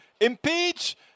Impeach